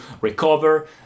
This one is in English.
recover